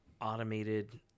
automated